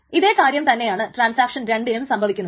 ഇതേ കാര്യം തന്നെയാണ് ട്രാൻസാക്ഷൻ 2 നും സംഭവിക്കുക